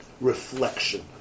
reflection